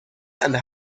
and